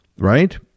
Right